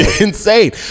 insane